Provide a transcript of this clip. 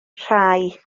rhai